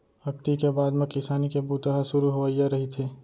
अक्ती के बाद म किसानी के बूता ह सुरू होवइया रहिथे